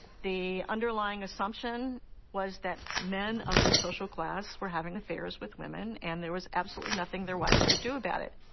the underlying assumption was that men of this social class were having affairs with women and there was absolutely nothing their wives could do about it.